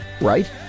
right